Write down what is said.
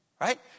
right